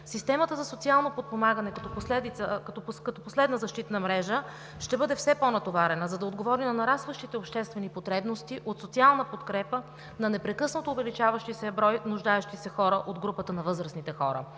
Системата за социално подпомагане, като последна защитна мрежа, ще бъде все по-натоварена, за да отговори на нарастващите обществени потребности от социална подкрепа на непрекъснато увеличаващия се брой нуждаещи се от групата на възрастните хора.